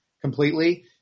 completely